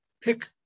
pick